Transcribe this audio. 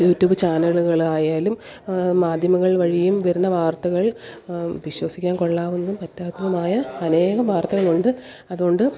YouTube ചാനലുകളായാലും മാധ്യമങ്ങൾ വഴിയും വരുന്ന വാർത്തകൾ വിശ്വസിക്കാൻ കൊള്ളാവുന്ന പറ്റാത്തതുമായ അനേകം വാർത്തകളുണ്ട് അതുകൊണ്ട്